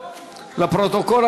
לפרוטוקול,